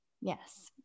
yes